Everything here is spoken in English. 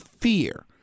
fear